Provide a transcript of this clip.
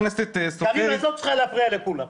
קארין, את לא צריכה להפריע לכולם.